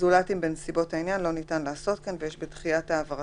זולת אם בנסיבות העניין לא ניתן לעשות כן ויש בדחיית העברתו